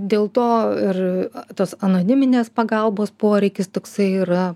dėl to ir tos anoniminės pagalbos poreikis toksai yra